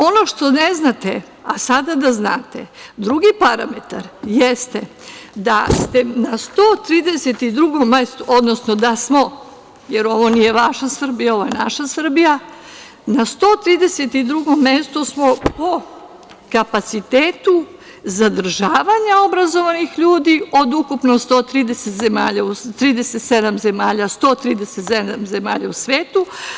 Ono što ne znate, a sada da znate, drugi parametar jeste da ste na 132. mestu, odnosno da smo, jer ovo nije vaša Srbija, ovo je naša Srbija, na 132. mestu smo po kapacitetu zadržavanja obrazovanih ljudi od ukupno 137 zemalja u svetu.